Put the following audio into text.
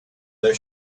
their